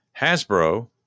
Hasbro